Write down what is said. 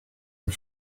her